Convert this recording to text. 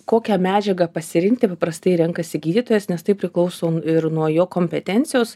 kokią medžiagą pasirinkti prastai renkasi gydytojas nes tai priklausom ir nuo jo kompetencijos